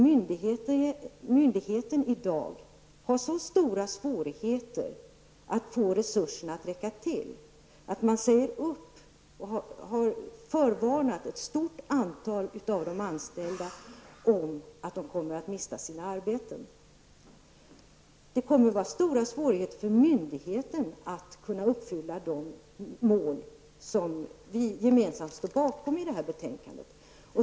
Myndigheten har i dag stora svårigheter att få sina resurser att räcka till och har därför förvarnat ett stort antal av de anställda om att de kommer att mista sina arbeten. Det kommer att vara stora svårigheter för myndigheten att uppnå de mål som vi gemensamt står bakom i detta betänkande.